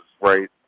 right